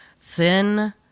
thin